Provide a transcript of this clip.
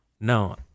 No